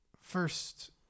First